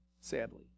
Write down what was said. sadly